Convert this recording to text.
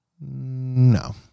No